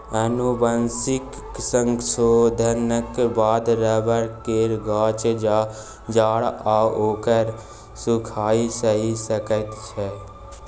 आनुवंशिक संशोधनक बाद रबर केर गाछ जाड़ आओर सूखाड़ सहि सकै छै